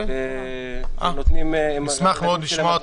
נשמח מאוד לשמוע אתכם.